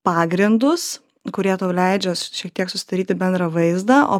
pagrindus kurie tau leidžia šiek tiek susidaryti bendrą vaizdą o